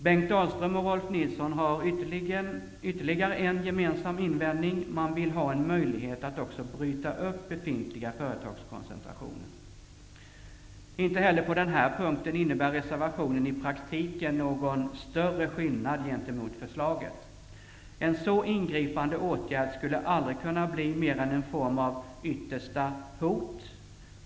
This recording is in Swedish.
Bengt Dalström och Rolf L Nilsson har ytterligare en gemensam invändning. Man vill ha en möjlighet att också bryta upp befintliga företagskoncentrationer. Inte heller på den här punkten innebär reservationen i praktiken någon större skillnad gentemot förslaget. En så ingripande åtgärd skulle aldrig kunna bli mer än en form av ''yttersta hot''.